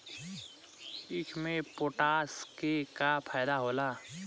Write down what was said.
ईख मे पोटास के का फायदा होला?